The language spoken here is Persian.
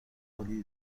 عالی